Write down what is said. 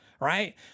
right